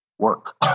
work